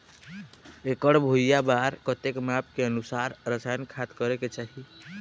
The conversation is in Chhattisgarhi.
एकड़ भुइयां बार कतेक माप के अनुसार रसायन खाद करें के चाही?